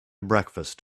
breakfast